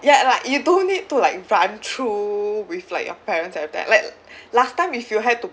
ya lah you don't need to like run through with like your parents every time like last time if you had to